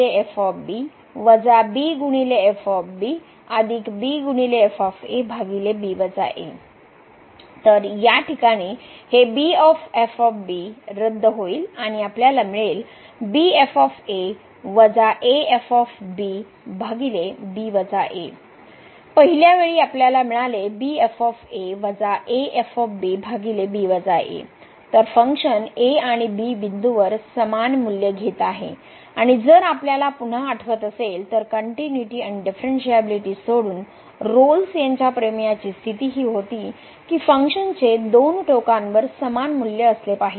जर मी हे आता हे सुलभ केले तर तर या प्रकरणात हे रद्द होईल आणि आपल्याला मिळेल पहिल्या वेळी आपल्याला मिळाले तर फंक्शन a आणि b वर समान मूल्य घेत आहे आणि जर आपल्याला पुन्हा आठवत असेल तर कन ट्युनिटी आणि डीफ्रणशिएबिलीटी सोडून रोल्स यांच्या प्रमेयाची स्थिती ही होती की फंक्शनचे दोन टोकांवर समान मूल्य असले पाहिजे